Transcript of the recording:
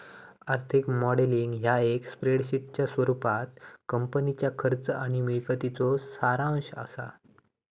आर्थिक मॉडेलिंग ह्या एक स्प्रेडशीटच्या स्वरूपात कंपनीच्या खर्च आणि मिळकतीचो सारांश असा